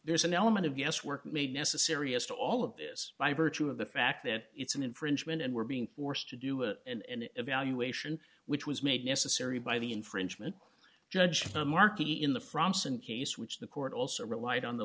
there's an element of guesswork made necessary as to all of this by virtue of the fact that it's an infringement and we're being forced to do it and the evaluation which was made necessary by the infringement judge the marquis in the frumps and case which the court also relied on the